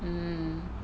mm